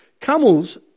camels